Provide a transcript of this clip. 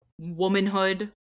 womanhood